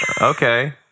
Okay